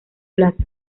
plazo